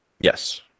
yes